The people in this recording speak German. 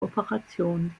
operation